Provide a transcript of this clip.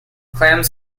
clams